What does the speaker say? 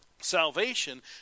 salvation